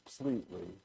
completely